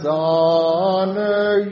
honor